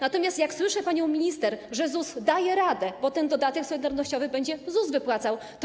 Natomiast jak słyszę panią minister, że ZUS daje radę, bo ten dodatek solidarnościowy będzie wypłacał ZUS.